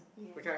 okay